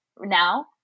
now